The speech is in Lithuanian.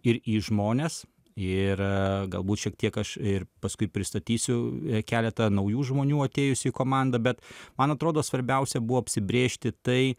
ir į žmones ir galbūt šiek tiek aš ir paskui pristatysiu keletą naujų žmonių atėjusių į komandą bet man atrodo svarbiausia buvo apsibrėžti tai